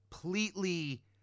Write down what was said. completely